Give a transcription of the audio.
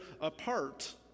apart